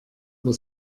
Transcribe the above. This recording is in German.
über